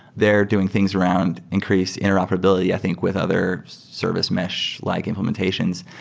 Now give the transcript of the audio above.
they're doing things around increase interoperability i think with other service mesh-like implementations.